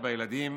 מזכירת הכנסת.